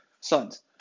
sons